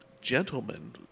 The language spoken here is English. Gentlemen